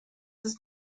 ist